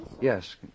Yes